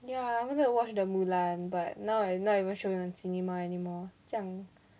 ya I wanted to watch the mulan but now it's not even showing on cinema anymore 这样